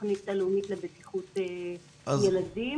התוכנית הלאומית לבטיחות ילדים.